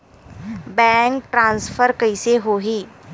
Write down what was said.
Bank transfer कइसे होही?